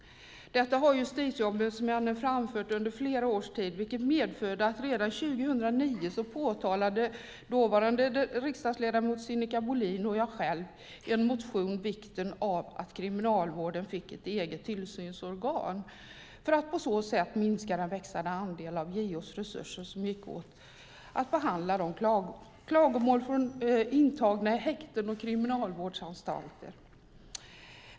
Detta har Justitieombudsmännen framfört under flera års tid, vilket medförde att redan 2009 påtalade dåvarande riksdagsledamot Sinikka Bohlin och jag själv i en motion vikten av att Kriminalvården fick ett eget tillsynsorgan för att på så sätt minska den växande andelen av JO:s resurser som gick åt till att behandla klagomål från intagna i häkten och kriminalvårdsanstalter.